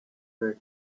her